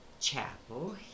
Chapel